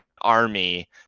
army